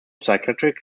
psychiatric